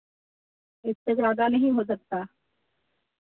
इससे ज़्यादा नहीं हो सकता